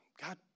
God